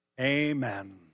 Amen